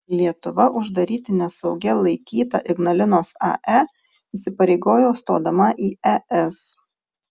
lietuva uždaryti nesaugia laikytą ignalinos ae įsipareigojo stodama į es